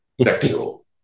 sexual